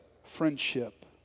Friendship